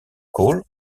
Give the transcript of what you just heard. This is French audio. cole